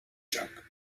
joc